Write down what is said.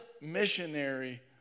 missionary